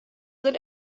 sind